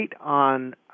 on